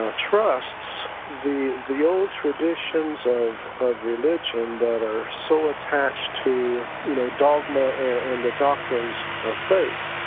ah trusts the the old traditions of of religion that are so attached to you know dogma and the doctrines of faith,